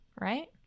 Right